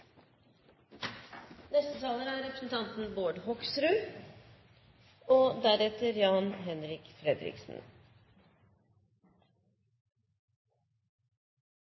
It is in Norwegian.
Neste taler er representanten Bård Hoksrud,